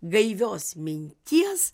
gaivios minties